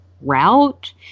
route